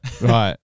right